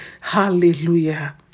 hallelujah